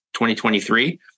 2023